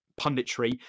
punditry